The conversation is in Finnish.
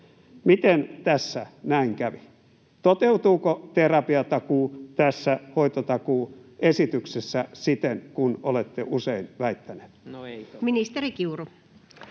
Miten tässä näin kävi? Toteutuuko terapiatakuu tässä hoitotakuuesityksessä siten kuin olette usein väittänyt?